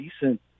decent